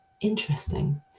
interesting